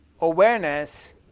awareness